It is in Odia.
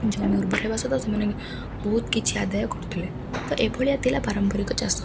ଜମି ଉର୍ବର ହେବା ସହିତ ସେମାନେ ବହୁତ କିଛି ଆଦାୟ କରୁଥିଲେ ତ ଏଭଳିଆ ଥିଲା ପାରମ୍ପରିକ ଚାଷ